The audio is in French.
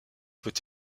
peut